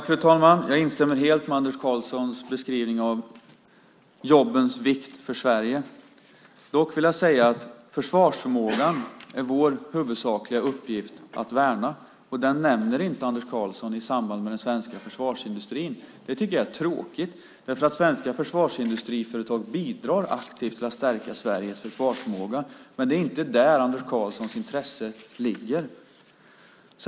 Fru talman! Jag instämmer helt med Anders Karlssons beskrivning av jobbens vikt för Sverige. Dock vill jag säga att vår huvudsakliga uppgift är att värna försvarsförmågan. Den nämner inte Anders Karlsson i samband med den svenska försvarsindustrin. Det tycker jag är tråkigt, eftersom svenska försvarsindustriföretag bidrar aktivt till att stärka Sveriges försvarsförmåga. Men det är inte där Anders Karlsson intresse ligger.